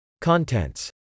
Contents